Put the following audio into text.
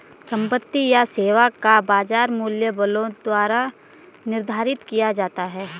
संपत्ति या सेवा का बाजार मूल्य बलों द्वारा निर्धारित किया जाता है